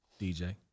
DJ